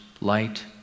light